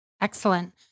Excellent